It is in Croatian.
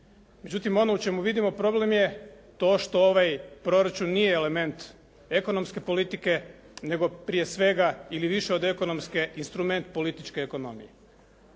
Međutim, ono u čemu vidimo problem je to što ovaj proračun nije element ekonomske politike, nego prije svega ili više od ekonomske instrument političke ekonomije.